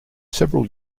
several